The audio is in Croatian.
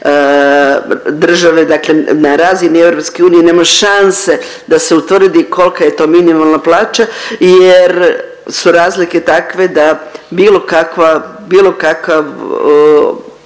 države dakle na razini EU nema šanse da se utvrdi kolka je to minimalna plaća jer su razlike takve da bilo kakva,